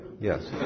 yes